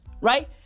right